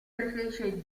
preferisce